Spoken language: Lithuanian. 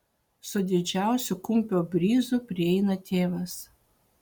su didžiausiu kumpio bryzu prieina tėvas